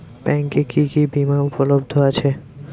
ব্যাংকে কি কি বিমা উপলব্ধ আছে?